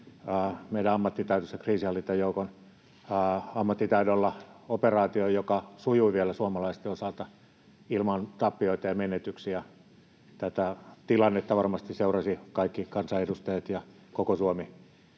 meidän ammattitaitoisen kriisinhallintajoukon ammattitaidolla operaation, joka vielä sujui suomalaisten osalta ilman tappioita ja menetyksiä. Tätä tilannetta varmasti seurasivat kaikki kansanedustajat ja koko Suomi